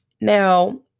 Now